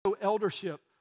eldership